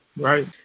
Right